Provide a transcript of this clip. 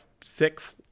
six